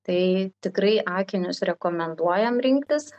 tai tikrai akinius rekomenduojam rinktis